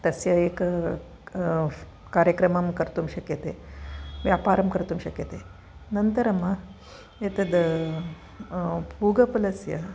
तस्य एक कार्यक्रमं कर्तुं शक्यते व्यापरं कर्तुं शक्यते अनन्तरम् एतद् पूगफलस्य